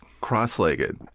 cross-legged